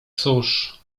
cóż